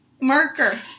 marker